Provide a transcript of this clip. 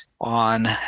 on